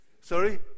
Sorry